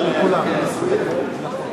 גאלב,